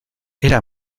era